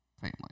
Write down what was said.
family